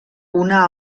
una